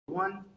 one